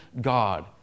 god